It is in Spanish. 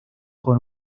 con